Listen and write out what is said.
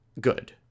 good